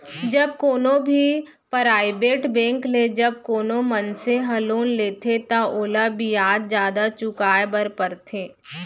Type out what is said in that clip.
जब कोनो भी पराइबेट बेंक ले जब कोनो मनसे ह लोन लेथे त ओला बियाज जादा चुकाय बर परथे